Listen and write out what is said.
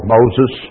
Moses